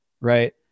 Right